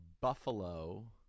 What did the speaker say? Buffalo